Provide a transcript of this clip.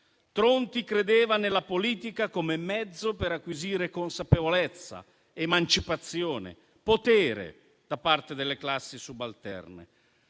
Tronti credeva nella politica come mezzo per acquisire consapevolezza, emancipazione, potere da parte delle classi subalterne.